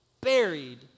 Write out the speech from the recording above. buried